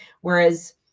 whereas